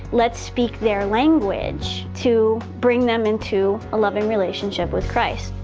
let's speak their language to bring them into a loving relationship with christ.